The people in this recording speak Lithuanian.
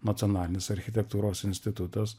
nacionalinės architektūros institutas